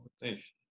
thanks